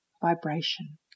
vibration